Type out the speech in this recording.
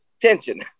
tension